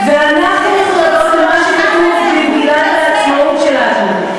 ואנחנו מבצעים את מה שכתוב במגילת העצמאות שלנו: